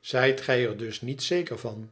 zijt gij er dus niet zeker van